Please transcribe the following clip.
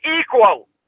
equal